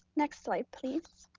next slide, please.